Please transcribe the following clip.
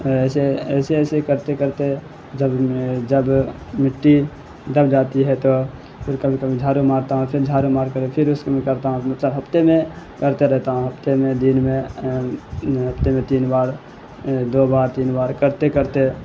ایسے ایسے ایسے کرتے کرتے جب میں جب مٹی دب جاتی ہے تو پھر کبھی کبھی جھاڑو مارتا ہوں پھر جھاڑو مار کر پھر اس میں کرتا ہوں مطلب ہفتے میں کرتے رہتا ہوں ہفتے میں دن میں ہفتے میں تین بار دو بار تین بار کرتے کرتے